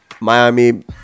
Miami